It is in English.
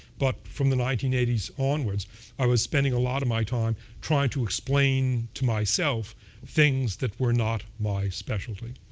but from the nineteen eighty s onwards i was spending a lot of my time trying to explain to myself things that were not my specialty.